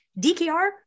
DKR